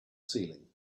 ceiling